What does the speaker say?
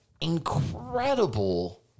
incredible